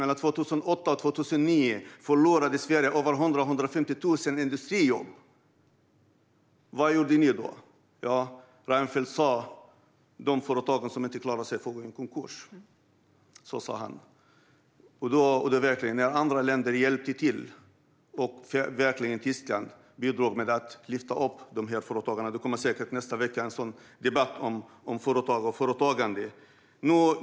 Mellan 2008 och 2009 förlorade Sverige mellan 100 000-150 000 industrijobb. Vad gjorde ni då? Jo, Reinfeldt sa att de företag som inte klarar sig får gå i konkurs. Så sa han när andra länder, som Tyskland, hjälpte till och bidrog för att lyfta de här företagen. Det kommer säkert en debatt nästa vecka om företag och företagande.